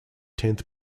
tenth